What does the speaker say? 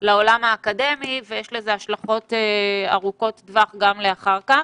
לעולם האקדמי ויש לזה השלכות ארוכות טווח גם לאחר מכן.